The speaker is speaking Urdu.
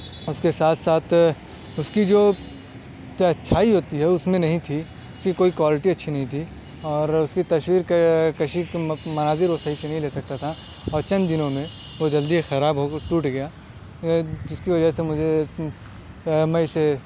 اس کے ساتھ ساتھ اس کی جو تو اچھائی ہوتی ہے اس میں نہیں تھی اس کی کوئی کوالیٹی اچھی نہیں تھی اور اس کی تصویر کشی کے مناظر وہ صحیح سے نہیں لے سکتا تھا اور چند دنوں میں وہ جلدی خراب ہو کر ٹوٹ گیا جس کی وجہ سے مجھے میں اسے